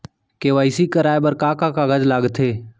KYC कराये बर का का कागज लागथे?